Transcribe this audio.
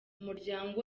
umuryango